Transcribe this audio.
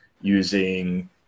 using